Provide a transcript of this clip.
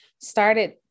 started